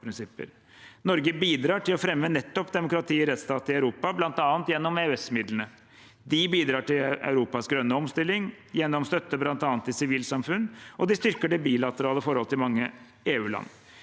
Norge bidrar til å fremme nettopp demokrati og rettsstat i Europa, bl.a. gjennom EØS-midlene. De bidrar til Europas grønne omstilling, gjennom støtte bl.a. til sivilsamfunn, og de styrker det bilaterale forholdet til mange EU-land.